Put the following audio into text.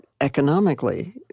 economically